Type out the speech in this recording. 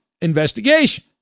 investigation